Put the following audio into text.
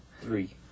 Three